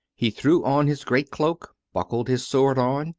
he threw on his great cloak, buckled his sword on,